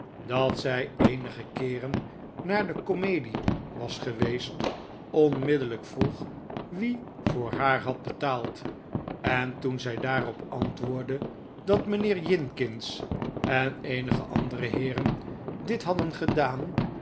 dat zij eenige keeren naar de komedie was geweest onmiddellijk vroeg wie voor haar had betaald en toen zij daarop antwoordde dat mijnheer jinkins en eenige andere heeren dit hadden gedaan